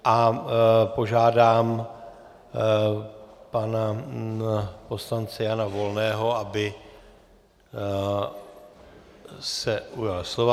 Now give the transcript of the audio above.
A požádám pana poslance Jana Volného, aby se ujal slova.